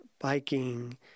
biking